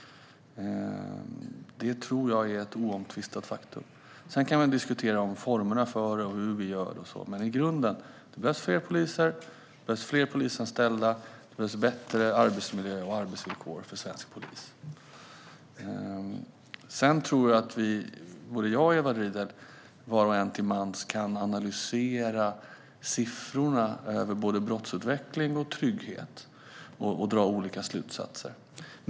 Det tror jag är ett oomtvistat faktum. Sedan kan vi diskutera formerna för det och så vidare, men i grunden behövs det fler poliser, fler polisanställda, bättre arbetsmiljö och bättre arbetsvillkor för svensk polis. Både jag och Edward Riedl kan analysera siffrorna över brottsutveckling och trygghet och dra olika slutsatser.